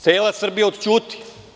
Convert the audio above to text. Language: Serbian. Cela Srbija oćuti.